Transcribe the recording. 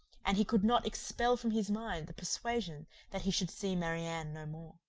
and he could not expel from his mind the persuasion that he should see marianne no more.